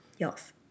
yes